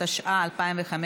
התשע"ה 2015,